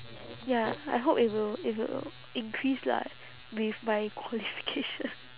ya I hope it will it will increase lah with my qualification